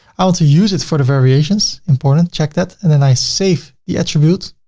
i want to use it for the variations, important check that. and then i save the attributes,